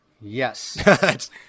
yes